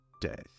Death